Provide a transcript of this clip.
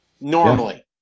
normally